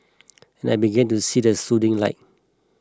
and I began to see the soothing light